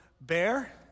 bear